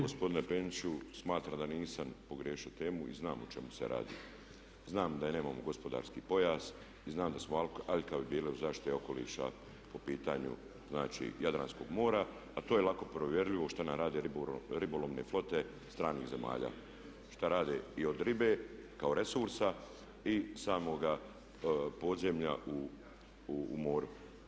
Gospodine Peniću, smatram da nisam pogriješio temu i znam o čemu se radi, znam da nemamo gospodarski pojas i znam da smo aljkavi bili u zaštiti okoliša po pitanju znači Jadranskog mora a to je lako provjerljivo šta nam rade ribolovne flote stranih zemalja, šta rade i od ribe kao resursa i samoga podzemlja u moru.